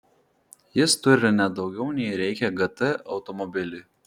jis turi net daugiau nei reikia gt automobiliui